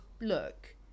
look